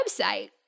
website